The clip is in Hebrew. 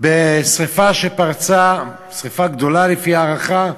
בשרפה שפרצה, שרפה גדולה, לפי ההערכה,